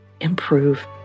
improve